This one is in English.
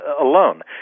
alone